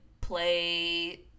play